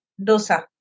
dosa